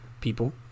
people